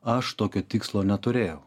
aš tokio tikslo neturėjau